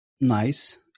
nice